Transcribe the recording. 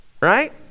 right